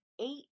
eight